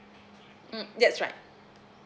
mm that's right